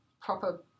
proper